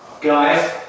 Guys